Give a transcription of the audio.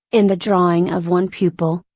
in the drawing of one pupil,